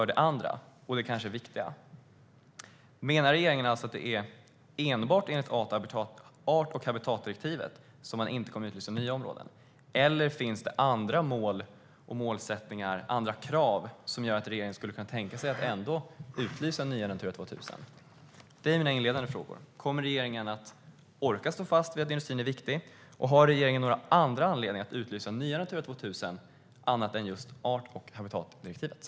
Den andra, och kanske viktigaste, är: Menar regeringen alltså att det är enbart enligt art och habitatdirektivet som man inte kommer att utlysa nya områden, eller finns det andra målsättningar och krav som gör att regeringen skulle kunna tänka sig att ändå utlysa nya Natura 2000-områden? Det var mina inledande frågor. Kommer regeringen att orka stå fast vid att industrin är viktig, och har regeringen några andra anledningar än art och habitatdirektivet att utlysa nya Natura 2000-områden?